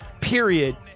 period